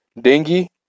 dingy